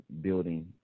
building